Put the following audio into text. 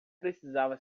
precisava